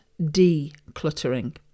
decluttering